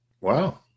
Wow